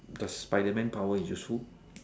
does Spiderman power is useful